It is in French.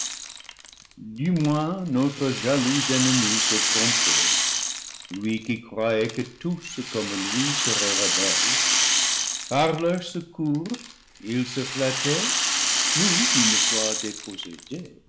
du moins notre jaloux ennemi s'est trompé lui qui croyait que tous comme lui seraient rebelles par leurs se cours il se flattait nous une fois